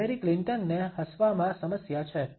Hillary ક્લિન્ટનને હસવામાં સમસ્યા છે